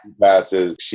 passes